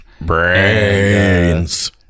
Brains